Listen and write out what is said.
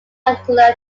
particular